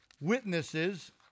witnesses